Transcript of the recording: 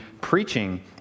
preaching